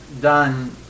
done